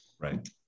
Right